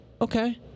Okay